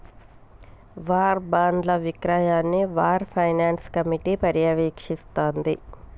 war బాండ్ల విక్రయాన్ని war finance committee పర్యవేక్షిస్తాంది